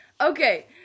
Okay